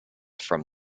from